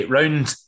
Round